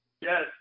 Yes